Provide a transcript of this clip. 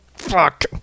Fuck